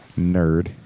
Nerd